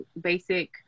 basic